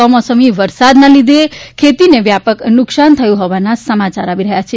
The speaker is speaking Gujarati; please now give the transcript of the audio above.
કમોસમી વરસાદના લીધે ખેતીએ વ્યાપક નુકસાન થયું હોવાના સમાચાર આવી રહ્યા છે